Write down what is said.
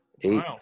Eight